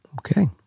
Okay